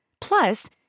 Plus